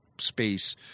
space